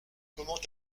comment